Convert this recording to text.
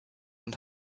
und